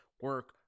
Work